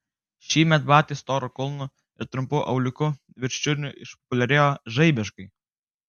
šįmet batai storu kulnu ir trumpu auliuku virš čiurnų išpopuliarėjo žaibiškai